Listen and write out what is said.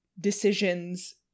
decisions